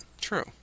True